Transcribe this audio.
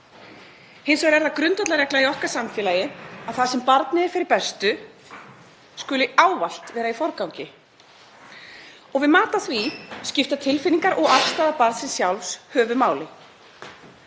Hins vegar er það grundvallarregla í okkar samfélagi að það sem barni er fyrir bestu skuli ávallt vera í forgangi og við mat á því skipta tilfinningar og afstaða barnsins sjálfs höfuðmáli.